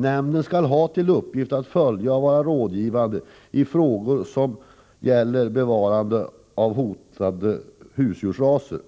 Nämnden skall ha till uppgift att följa utvecklingen och vara rådgivande i frågor som gäller bevarande av hotade husdjursraser.